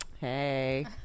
Hey